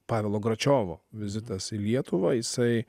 pavelo gračiovo vizitas į lietuvą jisai